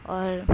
اور